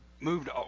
moved